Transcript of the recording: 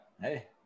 Hey